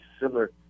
similar